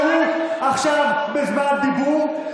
הקשר הוא שהוא עכשיו בזמן דיבור,